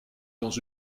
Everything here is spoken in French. dans